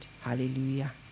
Hallelujah